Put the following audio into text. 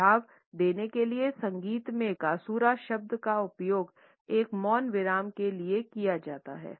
सुझाव देने के लिए संगीत में कासुरा शब्द का उपयोग एक मौन विराम के लिए किया जाता है